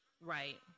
Right